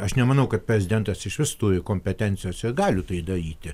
aš nemanau kad prezidentas išvis turi kompetencijos ir gali tai daryti